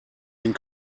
den